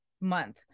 month